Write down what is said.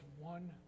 one